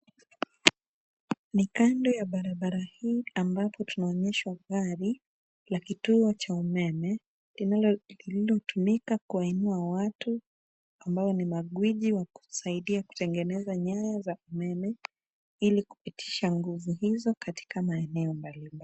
Ni kando ya barabara hii ambapo tunaonyeshwa gari la kituo cha umeme lililotumika kuwainua watu ambao ni magwiji wa kusaidia kutengeneza nyaya za umeme, ili kupitisha nguvu hizo katika maeneo mbalimbali.